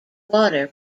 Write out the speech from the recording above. water